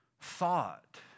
thought